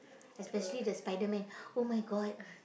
especially the Spiderman !oh-my-God!